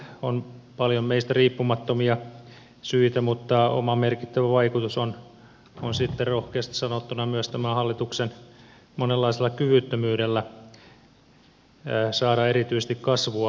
on paljon meistä riippumattomia syitä mutta oma merkittävä vaikutus on sitten rohkeasti sanottuna myös tämän hallituksen monenlaisella kyvyttömyydellä saada erityisesti kasvua aikaan